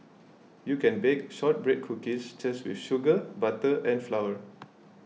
you can bake Shortbread Cookies just with sugar butter and flour